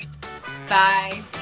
Bye